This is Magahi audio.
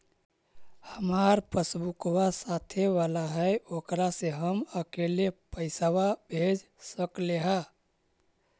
हमार पासबुकवा साथे वाला है ओकरा से हम अकेले पैसावा भेज सकलेहा?